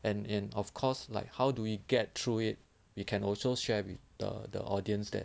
and and of course like how do we get through it we can also share with the the audience that